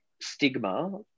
stigma